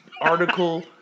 article